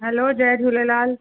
hello जय झूलेलाल